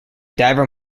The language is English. diver